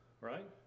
right